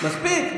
מספיק.